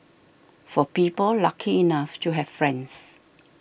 for people lucky enough to have friends